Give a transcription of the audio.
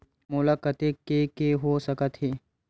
मोला कतेक के के हो सकत हे?